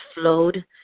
flowed